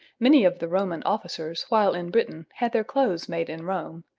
many of the roman officers while in britain had their clothes made in rome,